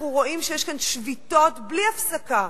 אנחנו רואים שיש כאן שביתות בלי הפסקה.